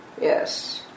Yes